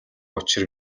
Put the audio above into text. учир